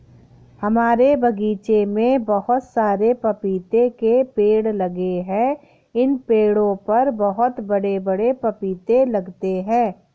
हमारे बगीचे में बहुत सारे पपीते के पेड़ लगे हैं इन पेड़ों पर बहुत बड़े बड़े पपीते लगते हैं